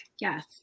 Yes